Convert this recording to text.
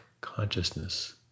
consciousness